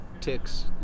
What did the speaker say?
ticks